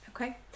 Okay